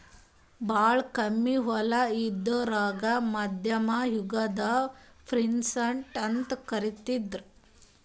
ಭಾಳ್ ಕಮ್ಮಿ ಹೊಲ ಇದ್ದೋರಿಗಾ ಮಧ್ಯಮ್ ಯುಗದಾಗ್ ಪೀಸಂಟ್ ಅಂತ್ ಕರಿತಿದ್ರು